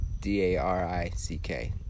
D-A-R-I-C-K